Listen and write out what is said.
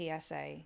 PSA